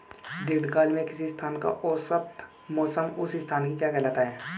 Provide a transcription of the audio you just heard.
दीर्घकाल में किसी स्थान का औसत मौसम उस स्थान की क्या कहलाता है?